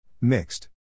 Mixed